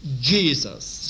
Jesus